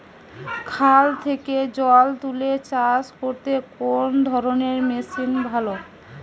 খাল থেকে জল তুলে চাষ করতে কোন ধরনের মেশিন ভালো?